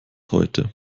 heute